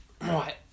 right